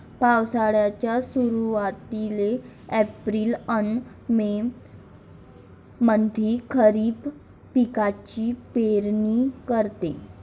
पावसाळ्याच्या सुरुवातीले एप्रिल अन मे मंधी खरीप पिकाची पेरनी करते